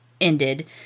ended